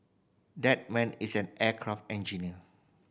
that man is an aircraft engineer